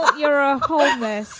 but your ah holiness